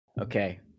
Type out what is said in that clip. okay